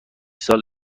سال